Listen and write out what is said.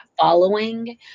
following